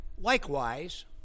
Likewise